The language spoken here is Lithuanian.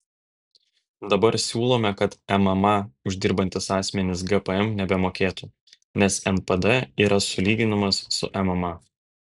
dabar siūlome kad mma uždirbantys asmenys gpm nebemokėtų nes npd yra sulyginamas su mma